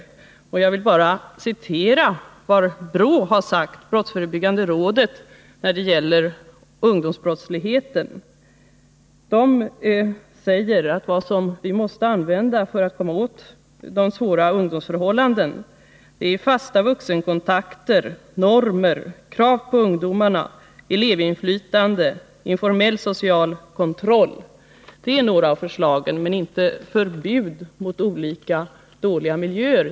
Jag vill bara citera vad brottsförebyggande rådet, BRÅ, har sagt när det gäller ungdomsbrottsligheten. BRÅ säger att vad som behövs för att vi skall komma åt de svåra förhållandena för ungdomarna är följande: ”Fasta vuxenkontakter ——— Normer. Krav på ungdomarna. Elevinflytande. Informell social kontroll.” Det är några av förslagen, men inte förbud mot olika dåliga miljöer.